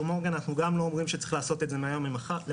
מורגן אנחנו גם לא אומרים שצריך לעשות את זה מהיום למחר